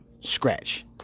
scratch